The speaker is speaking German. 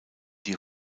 die